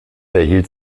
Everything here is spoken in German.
erhielt